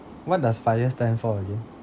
what does FIRE stand for again